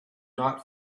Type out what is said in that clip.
not